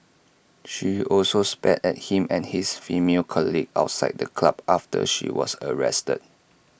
she also spat at him and his female colleague outside the club after she was arrested